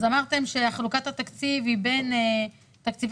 אז אמרתם שחלוקת התקציב היא בין תקציבי